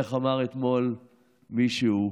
ואיך אמר אתמול מישהו?